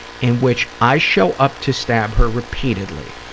and which i show up to stab her repeatedly,